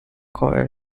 coal